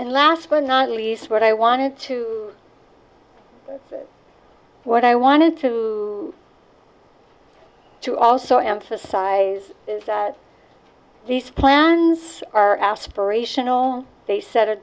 and last but not least what i wanted to do what i wanted to to also emphasize is that these plans are aspirational they set a